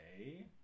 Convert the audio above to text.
okay